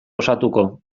osatuko